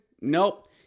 Nope